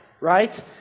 Right